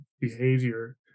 behavior